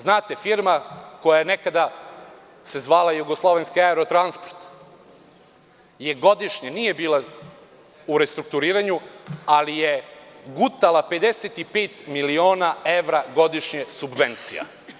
Znate, firma koja se nekada zvala „Jugoslovenski aerotransport“ nije bila u restrukturiranju, ali je gutala 55 miliona evra godišnje subvencija.